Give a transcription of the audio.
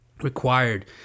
required